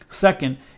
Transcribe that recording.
Second